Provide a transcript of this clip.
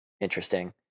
interesting